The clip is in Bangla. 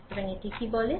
সুতরাং এটি কি বলে